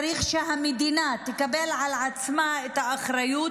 צריך שהמדינה תקבל על עצמה את האחריות